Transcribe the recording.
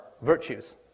virtues